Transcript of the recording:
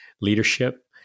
leadership